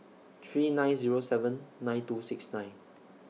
three nine Zero seven nine two six nine